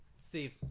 steve